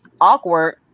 awkward